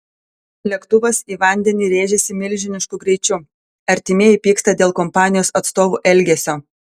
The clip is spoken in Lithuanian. lėktuvas į vandenį rėžėsi milžinišku greičiu artimieji pyksta dėl kompanijos atstovų elgesio